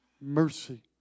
Mercy